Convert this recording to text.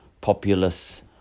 populace